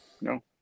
No